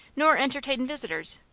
nor entertained visitors,